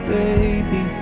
baby